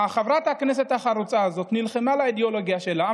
חברת הכנסת החרוצה הזאת נלחמה על האידיאולוגיה שלה,